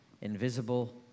invisible